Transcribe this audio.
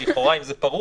אבל לכאורה אם זה פרום,